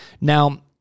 Now